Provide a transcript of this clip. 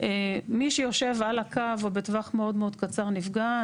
מי שיושב על הקו או בטווח מאוד מאוד קצר נפגע.